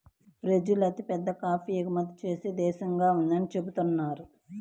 Brazil అతిపెద్ద coffee ఎగుమతి చేసే దేశంగా ఉందని చెబుతున్నారు